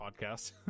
podcast